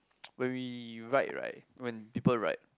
when we write right when people write